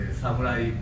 samurai